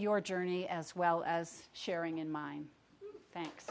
your journey as well as sharing in mine thanks